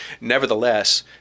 Nevertheless